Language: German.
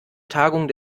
tagung